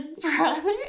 brother